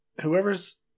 whoever's